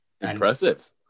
Impressive